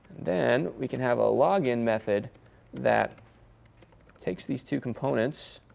then we can have a login method that takes these two components